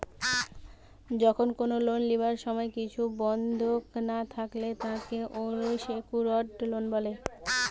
যখন কোনো লোন লিবার সময় কিছু বন্ধক না থাকলে তাকে আনসেক্যুরড লোন বলে